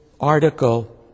article